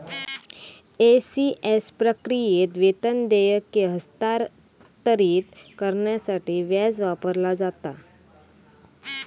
ECS प्रक्रियेत, वेतन देयके हस्तांतरित करण्यासाठी व्याज वापरला जाता